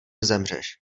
zemřeš